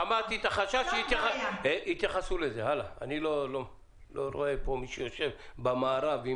אני לא רואה פה מישהו שיושב במערב עם